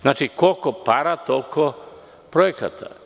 Znači, koliko para, toliko projekata.